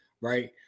right